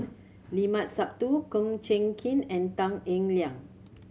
Limat Sabtu Kum Chee Kin and Tan Eng Liang